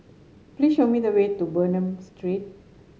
please show me the way to Bernam Street